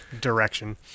direction